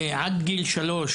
עד גיל שלוש,